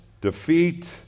defeat